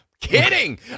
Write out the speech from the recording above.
Kidding